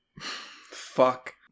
Fuck